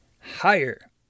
higher